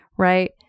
right